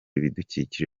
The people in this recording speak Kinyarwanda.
ibidukikije